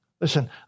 Listen